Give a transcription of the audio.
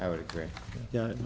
i would agree that